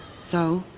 so,